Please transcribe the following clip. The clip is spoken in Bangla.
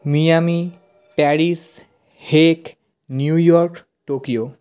Miami Paris Hague New York Tokyo